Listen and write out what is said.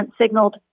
signaled